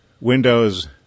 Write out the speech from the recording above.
Windows